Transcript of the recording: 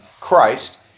Christ